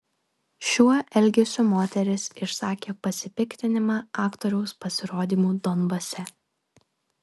šiuo elgesiu moteris išsakė pasipiktinimą aktoriaus pasirodymu donbase